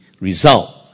result